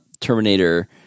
Terminator